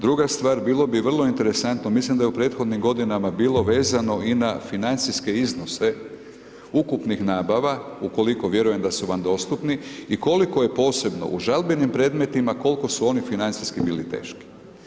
Druga stvar, bilo bi vrlo interesantno, mislim da je u prethodnim godinama bilo vezano i na financijske iznose ukupnih nabava ukoliko vjerujem da su vam dostupni i koliko je posebno u žalbenim predmetima koliko su oni financijski bili teški.